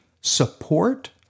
support